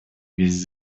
весь